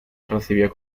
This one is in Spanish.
recibió